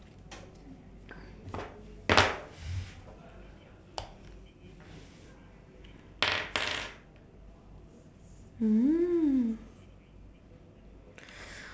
mm